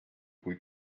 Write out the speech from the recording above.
kui